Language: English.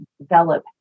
develop